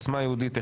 עוצמה יהודית אחד.